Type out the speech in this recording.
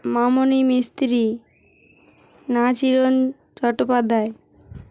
মামণি মিস্ত্রি না চিরণ চট্টোপাধ্যায়